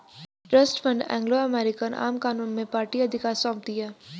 trust fund Anglo American आम कानून में पार्टी अधिकार सौंपती है